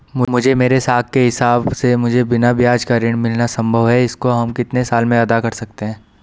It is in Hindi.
मुझे मेरे साख के हिसाब से मुझे बिना ब्याज का ऋण मिलना संभव है इसको हम कितने साल में अदा कर सकते हैं?